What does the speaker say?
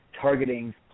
targeting